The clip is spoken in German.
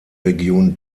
region